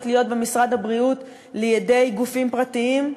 להיות במשרד הבריאות לידי גופים פרטיים?